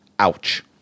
Ouch